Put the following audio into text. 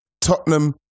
Tottenham